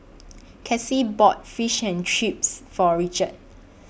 Kassie bought Fish and Chips For Richard